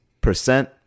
Percent